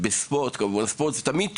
באשר לספורט, ספורט זה תמיד טוב.